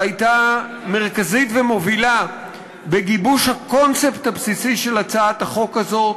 שהייתה מרכזית ומובילה בגיבוש הקונספט הבסיסי של הצעת החוק הזאת,